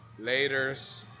Laters